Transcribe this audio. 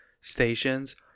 stations